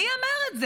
מי אמר את זה?